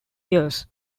years